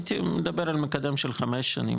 אני הייתי מדבר על מקדם של חמש שנים,